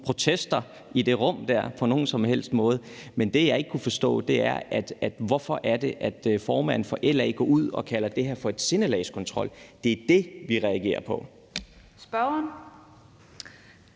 protester i det rum der på nogen som helst måde. Men det, jeg ikke kan forstå, er, hvorfor formanden for LA går ud og kalder det her for sindelagskontrol. Det er det, vi reagerer på. Kl.